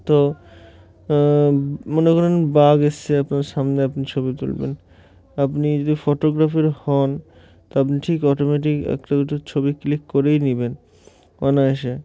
তো মনে করেন বাঘ এসছে আপনার সামনে আপনি ছবি তুলবেন আপনি যদি ফটোগ্রাফি হন তা আপনি ঠিক অটোমেটিক একটা দুটো ছবি ক্লিক করেই নেবেন অনায়সে